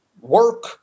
work